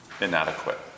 inadequate